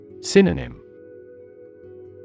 Synonym